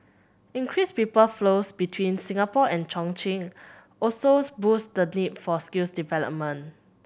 increased people flows between Singapore and Chongqing also boost the need for skills development